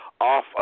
off